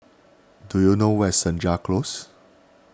do you know where is Senja Close